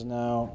now